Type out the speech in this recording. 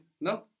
No